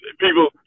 people